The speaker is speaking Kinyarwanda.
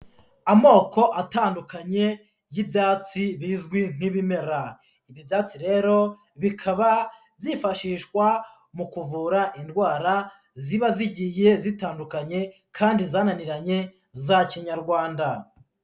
Amoko atandukanye y'ibyatsi bizwi nk'ibimera, ibi byatsi rero bikaba byifashishwa mu kuvura indwara ziba zigiye zitandukanye kandi zananiranye za Kinyarwanda.